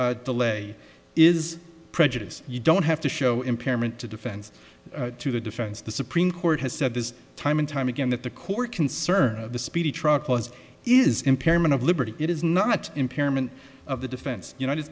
delay is prejudiced you don't have to show impairment to defense to the defense the supreme court has said this time and time again that the court concern of the speedy truck was is impairment of liberty it is not impairment of the defense united